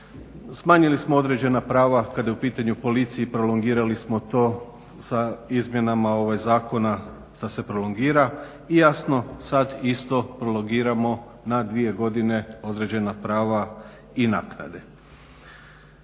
Smanjili smo određena prava kada je u pitanju Policija i prolongirali smo to sa izmjenama zakona da se prolongira i jasno sad isto prolongiramo na 2 godine određena prava i naknade.